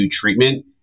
treatment